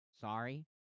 sorry